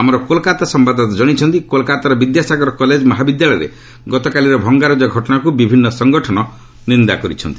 ଆମର କୋଲକାତା ସମ୍ଭାଦଦାତା ଜଣାଇଛନ୍ତି କୋଲକାତାର ବିଦ୍ୟାସାଗର କଲେଜ୍ ମହାବିଦ୍ୟାଳୟରେ ଗତକାଲିର ଭଙ୍ଗାରୁକ୍ତା ଘଟଣାକୁ ବିଭିନ୍ନ ସଂଗଠନ ନିନ୍ଦା କରିଛନ୍ତି